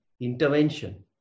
intervention